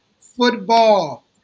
football